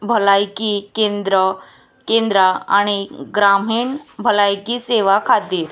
भलायकी केंद्र केंद्रां आनी ग्रामीण भलायकी सेवा खातीर